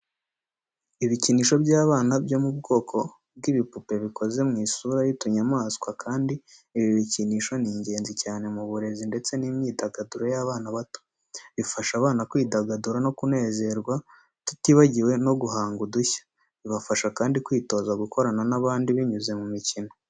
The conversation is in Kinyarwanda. Ibikinisho by’abana byo mu bwoko bw'ibipupe bikoze mu isura y'utunyamaswa kandi ibi bikinisho ni ingenzi cyane mu burezi ndetse n’imyidagaduro y’abana bato. Bifasha abana kwidagadura no kunezerwa tutibagiwe no guhanga udushya. Bibafasha kandi kwitoza gukorana n’abandi binyuze mu mikino.